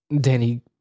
Danny